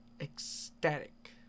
ecstatic